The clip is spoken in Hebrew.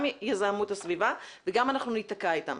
גם יזהמו את הסביבה וגם אנחנו ניתקע אתם.